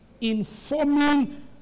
informing